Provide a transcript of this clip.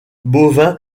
bovin